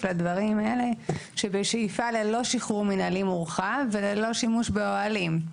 לדברים האלה שבשאיפה ללא שחרור מינהלי מורחב וללא שימוש באוהלים.